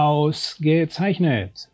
Ausgezeichnet